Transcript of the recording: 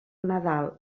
nadal